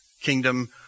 kingdom